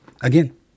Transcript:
again